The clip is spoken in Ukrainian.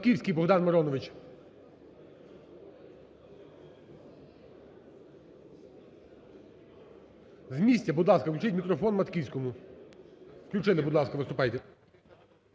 Матківський Богдан Миронович, з місця. Будь ласка, включіть мікрофон Матківському. Включили, будь ласка, виступайте.